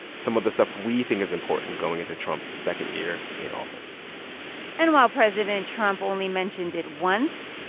some of the stuff we think is important going into trump's second year in office and while president trump only mentioned it once,